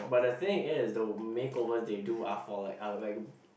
but the thing is the makeover they do are for like are like